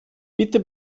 bitte